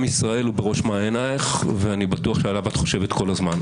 עם ישראל הוא בראש מעייניך ואני בטוח שעליו את חושבת כל הזמן.